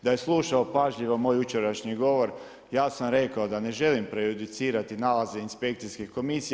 Da je slušao pažljivo moj jučerašnji govor, ja sam rekao da ne želim prejudicirati nalaze inspekcije komisije.